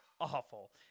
awful